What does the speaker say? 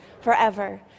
forever